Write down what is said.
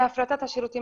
הפרטת השירותים